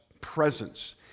presence